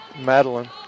Madeline